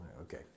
okay